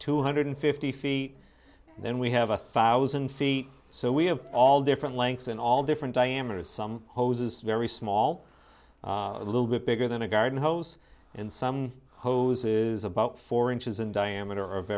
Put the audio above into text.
two hundred fifty feet then we have a thousand feet so we have all different lengths and all different diameters some hoses very small a little bit bigger than a garden hose and some hoses about four inches in diameter of